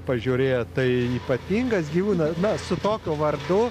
pažiūrėt tai ypatingas gyvūnas na su tokiu vardu